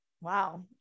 Wow